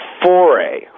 foray